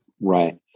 Right